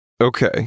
okay